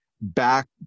back